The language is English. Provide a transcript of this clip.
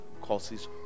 causes